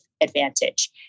advantage